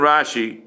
Rashi